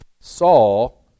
Saul